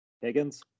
Higgins